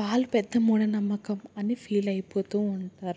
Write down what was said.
వాళ్ళు పెద్ద మూఢనమ్మకం అని ఫీల్ అయిపోతూ ఉంటారు